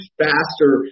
faster